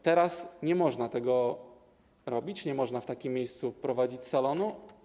Teraz nie można tego robić, nie można w takim miejscu prowadzić salonu.